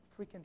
freaking